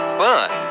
fun